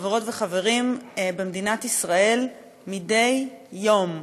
חברות וחברים, במדינת ישראל מדי יום,